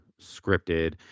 scripted